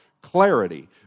clarity